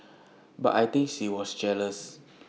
but I think she was jealous